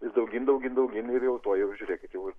vis daugyn daugyn daugyn ir jau tuoj žiūrėkit ir